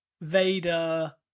Vader